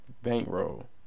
Bankroll